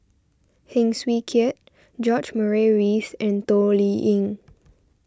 Heng Swee Keat George Murray Reith and Toh Liying